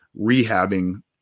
rehabbing